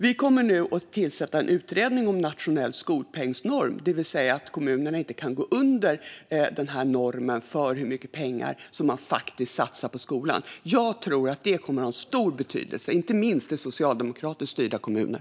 Vi kommer nu att tillsätta en utredning om en nationell skolpengsnorm, det vill säga att kommunerna inte kan gå under normen för hur mycket pengar som faktiskt satsas på skolan. Jag tror att det kommer att ha stor betydelse, inte minst i socialdemokratiskt styrda kommuner.